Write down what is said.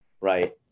right